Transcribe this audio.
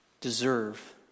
deserve